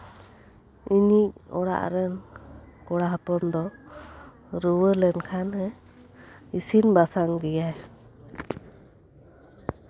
ᱤᱧᱤᱡ ᱚᱲᱟᱜ ᱨᱮᱱ ᱠᱚᱲᱟ ᱦᱚᱯᱚᱱ ᱫᱚ ᱨᱩᱣᱟᱹ ᱞᱮᱱᱠᱷᱟᱱᱤᱧ ᱤᱥᱤᱱᱼᱵᱟᱥᱟᱝ ᱜᱮᱭᱟ